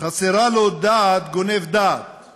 חסרה לו דעת גונב דעת/